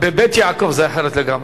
ב"בית יעקב" זה אחרת לגמרי.